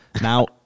Now